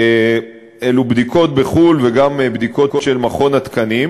הוא בדיקות בחו"ל וגם בדיקות של מכון התקנים,